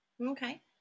Okay